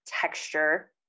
texture